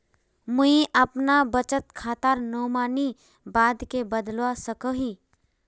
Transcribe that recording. मुई अपना बचत खातार नोमानी बाद के बदलवा सकोहो ही?